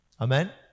Amen